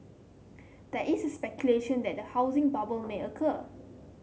there is speculation that a housing bubble may occur